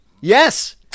Yes